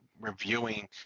reviewing